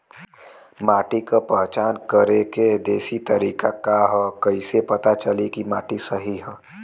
माटी क पहचान करके देशी तरीका का ह कईसे पता चली कि माटी सही ह?